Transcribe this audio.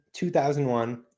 2001